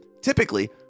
Typically